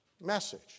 message